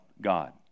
God